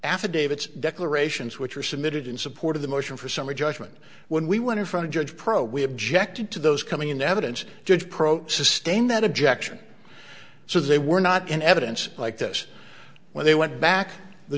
affidavits declarations which were submitted in support of the motion for summary judgment when we went in front of judge pro we have ject into those coming into evidence judge pro sustain that objection so they were not in evidence like this when they went back the